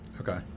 Okay